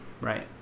right